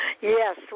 Yes